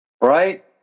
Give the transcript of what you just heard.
Right